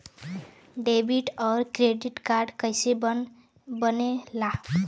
Debit और credit card कईसे बने ने ला?